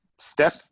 step-